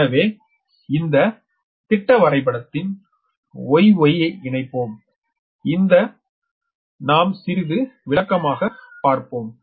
எனவே இந்த திட்ட வரைபடத்தில் Y Y இணைப்பை நாம் சிறுது விளக்கமாக பார்ப்போம்